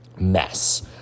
mess